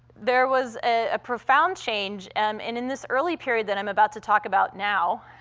there was a profound change, um and in this early period that i'm about to talk about now,